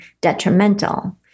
detrimental